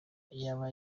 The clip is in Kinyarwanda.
yaba